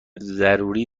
ضروری